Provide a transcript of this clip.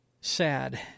sad